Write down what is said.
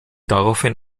daraufhin